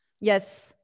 Yes